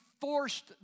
forced